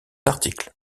article